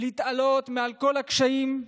להתעלות מעל כל הקשיים,